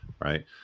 Right